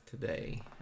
today